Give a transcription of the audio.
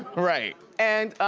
right. and